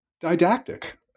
didactic